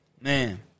Man